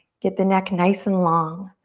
get the neck nice and long.